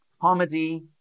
comedy